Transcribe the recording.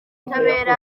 butabera